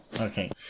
okay